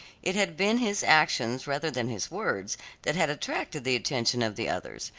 it had been his actions rather than his words that had attracted the attention of the others,